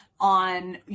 on